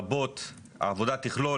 העבודה תכלול,